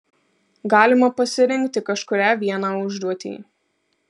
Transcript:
galima pasirinkti kažkurią vieną užduotį